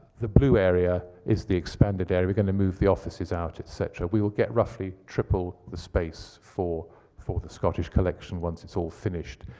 the blue area is the expanded area. we're going to move the offices out, etc. we will get roughly triple the space for for the scottish collection once it's all finished.